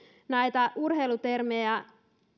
näitä urheilutermejä